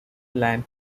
land